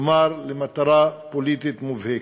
כלומר, למטרה פוליטית מובהקת.